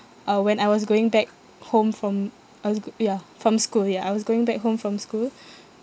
uh when I was going back home from I was go ya from school ya I was going back home from school